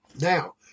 Now